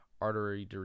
artery